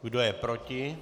Kdo je proti?